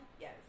Yes